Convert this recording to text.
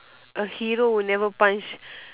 a hero would never punch